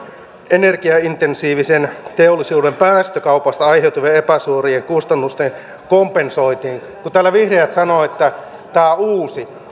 energiaintensiivisen teollisuuden päästökaupasta aiheutuvien epäsuorien kustannusten kompensointiin niin kun täällä vihreät sanovat että tämä on uutta niin